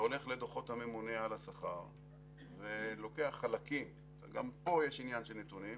והולך לדוחות הממונה על השכר ולוקח חלקים גם פה יש עניין של נתונים,